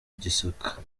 gisaka